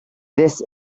this